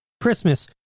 Christmas